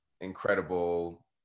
incredible